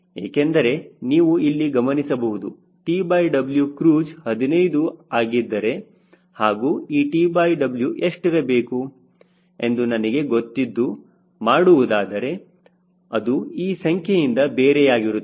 ಏಕೆಂದರೆ ನೀವು ಇಲ್ಲಿ ಗಮನಿಸಬಹುದು TW ಕ್ರೂಜ್ 15 ಹಾಗಿದ್ದರೆ ಹಾಗೂ ಈ TW ಎಷ್ಟಿರಬೇಕು ಎಂದು ನನಗೆ ಗೊತ್ತಿದ್ದು ಮಾಡುವುದಾದರೆ ಅದು ಈ ಸಂಖ್ಯೆಯಿಂದ ಬೇರೆಯಾಗಿರುತ್ತದೆ